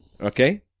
Okay